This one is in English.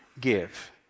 Give